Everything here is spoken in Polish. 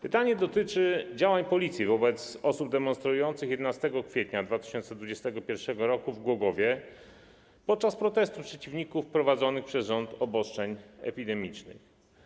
Pytanie dotyczy działań policji wobec osób demonstrujących 11 kwietnia 2021 r. w Głogowie podczas protestu przeciwników wprowadzonych przez rząd obostrzeń epidemicznych.